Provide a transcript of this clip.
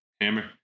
Hammer